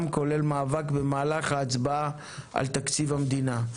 כולל מאבק במהלך ההצבעה על תקציב המדינה,